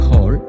Hall